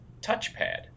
touchpad